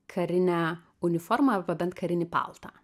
karinę uniformą arba bent karinį paltą